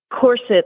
corset